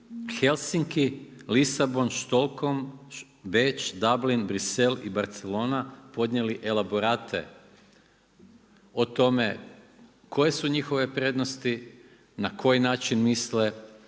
Helsinki, Lisabon, Stockholm, Beč, Dublin, Brisel i Barcelona podnijeli elaborate o tome koje su njihove prednosti, na koji način misle